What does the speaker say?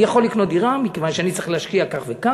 אני יכול לקנות דירה מכיוון שאני צריך להשקיע כך וכך,